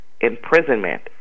imprisonment